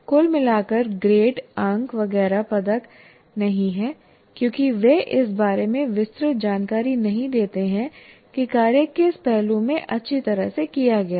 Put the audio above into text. कुल मिलाकर ग्रेड अंक वगैरह पदक नहीं हैं क्योंकि वे इस बारे में विस्तृत जानकारी नहीं देते हैं कि कार्य किस पहलू में अच्छी तरह से किया गया है